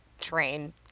train